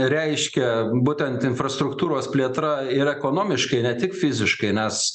reiškia būtent infrastruktūros plėtra ir ekonomiškai ne tik fiziškai nes